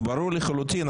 זה ברור לחלוטין.